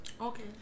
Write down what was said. okay